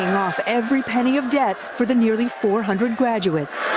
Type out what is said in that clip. off every penny of debt for the nearly four hundred graduates.